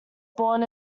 born